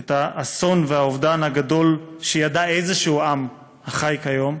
את האסון והאובדן הגדול שידע איזה עם החי כיום,